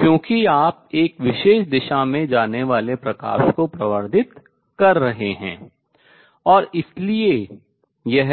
क्योंकि आप एक विशेष दिशा में जाने वाले प्रकाश को प्रवर्धित कर रहे हैं इसलिए यह